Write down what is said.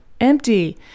empty